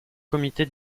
comité